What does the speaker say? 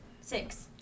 six